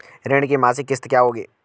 ऋण की मासिक किश्त क्या होगी?